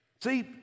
See